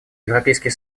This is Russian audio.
европейский